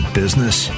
business